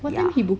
ya